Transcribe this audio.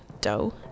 dough